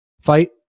fight